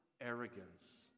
arrogance